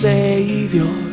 Savior